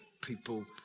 people